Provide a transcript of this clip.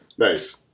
Nice